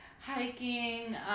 hiking